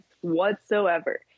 whatsoever